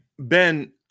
Ben